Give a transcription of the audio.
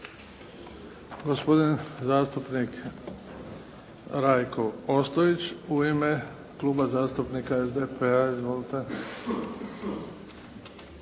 Gospodin zastupnik Rajko Ostojić u ime Kluba zastupnika SDP-a. Izvolite.